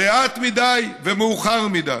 לאט מדי ומאוחר מדי.